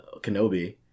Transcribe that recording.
Kenobi